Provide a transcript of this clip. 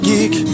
Geek